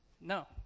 No